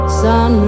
sun